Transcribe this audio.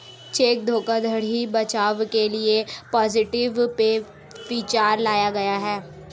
check धोखाधड़ी बचाव के लिए पॉजिटिव पे फीचर लाया गया है